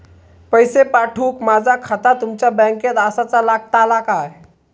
पैसे पाठुक माझा खाता तुमच्या बँकेत आसाचा लागताला काय?